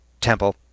Temple